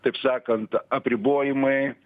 taip sakant apribojimai